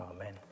Amen